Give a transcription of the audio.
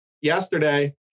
yesterday